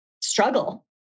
struggle